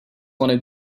wanted